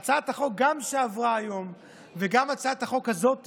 והצעת החוק שעברה היום וגם הצעת החוק הזאת,